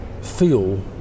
feel